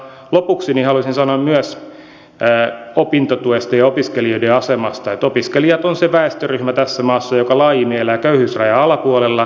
lopuksi haluaisin sanoa myös opintotuesta ja opiskelijoiden asemasta että opiskelijat ovat se väestöryhmä tässä maassa joka laajimmin elää köyhyysrajan alapuolella